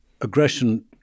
aggression